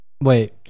Wait